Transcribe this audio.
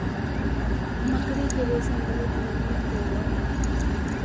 मकड़ी के रेशम बहुत मजबूत होवो हय